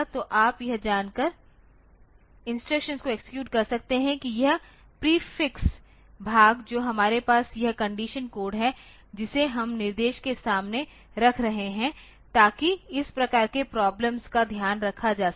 तो आप यह जानकर इंस्ट्रक्शंस को एक्सेक्यूट कर सकते हैं कि यह प्रीफिक्स भाग जो हमारे पास यह कंडीशन कोड है जिसे हम निर्देश के सामने रख रहे हैं ताकि इस प्रकार की प्रोब्लेम्स का ध्यान रखा जा सके